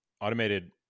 automated